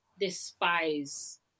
despise